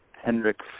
Hendricks